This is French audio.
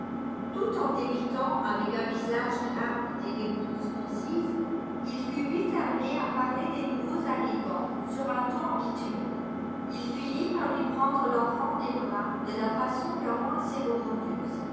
tout en débitant avec un visage grave des réponses concises il fut vite amené à parler des nouveaux arrivants sur un ton habituel il finit par lui prendre l'enfant des bras de la façon la moins cérémonieuse